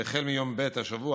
והחל מיום ב' השבוע,